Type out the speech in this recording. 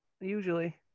Usually